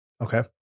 Okay